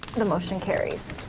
the motion carries.